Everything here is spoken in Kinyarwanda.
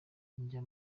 njya